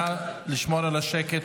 נא לשמור על השקט.